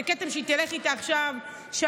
זה כתם שהיא תלך איתו עכשיו שנים.